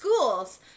schools